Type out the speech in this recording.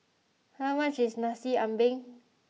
how much is Nasi Ambeng